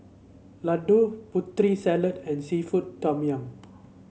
laddu Putri Salad and seafood Tom Yum